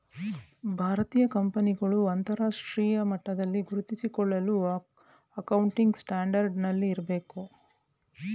ಭಾರತೀಯ ಕಂಪನಿಗಳು ಅಂತರರಾಷ್ಟ್ರೀಯ ಮಟ್ಟದಲ್ಲಿ ಗುರುತಿಸಿಕೊಳ್ಳಲು ಅಕೌಂಟಿಂಗ್ ಸ್ಟ್ಯಾಂಡರ್ಡ್ ನಲ್ಲಿ ಇರಬೇಕು